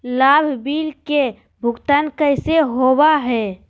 लाभ बिल के भुगतान कैसे होबो हैं?